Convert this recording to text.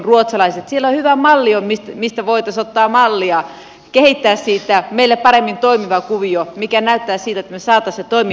siellä on hyvä malli mistä voitaisiin ottaa mallia kehittää siitä meille paremmin toimiva kuvio mikä näyttäisi siltä että me saisimme sen toimimaan paremmin